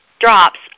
drops